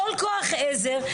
כל כוח עזר,